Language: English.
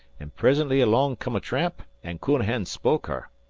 an' prisintly along came a tramp, an' counahan spoke her.